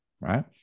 right